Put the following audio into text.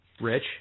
Rich